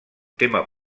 tema